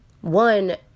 one